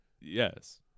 Yes